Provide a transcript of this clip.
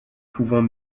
pouvons